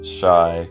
shy